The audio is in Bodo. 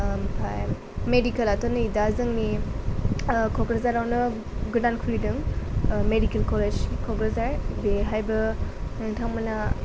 ओमफ्राय मेडिकलाथ' नै दा जोंनि क'क्राझारावनो गोदान खुलिदों मेडिकल कलेज क'क्राझार बेहायबो नोंथांमोना